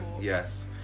yes